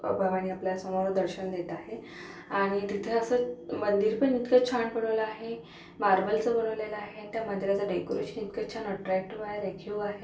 भवानी आपल्या समोर दर्शन देत आहे आणि तिथं असं मंदिर पण इतकं छान बनवलं आहे मार्बलचं बनवलेलं आहे त्या मंदिराचं डेकोरेशन इतकं छान ॲट्रॅक्टिव्ह आहे रेखीव आहे